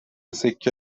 سکه